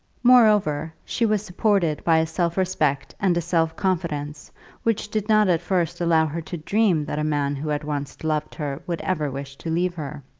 moreover she was supported by a self-respect and a self-confidence which did not at first allow her to dream that a man who had once loved her would ever wish to leave her.